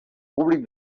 públic